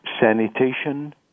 sanitation